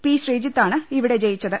P ശ്രീജിത്താണ് ഇവിടെ ജയിച്ചത്